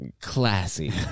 classy